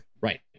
Right